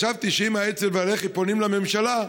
חשבתי שאם האצ"ל והלח"י פונים לממשלה,